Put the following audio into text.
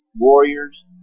warriors